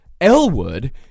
Elwood